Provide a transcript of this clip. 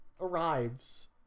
arrives